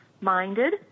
minded